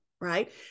right